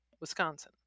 Wisconsin